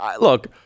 look